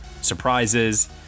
surprises